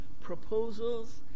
proposals